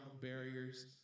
barriers